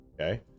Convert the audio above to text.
Okay